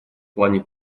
плане